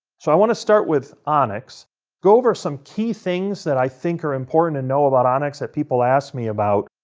so, i want to start with onyx go over some key things that i think are important to know about onyx that people ask me about.